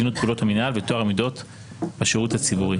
תקינות פעולות המינהל וטוהר המידות בשירות הציבורי.